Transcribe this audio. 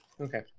Okay